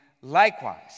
likewise